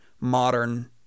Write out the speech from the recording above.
modern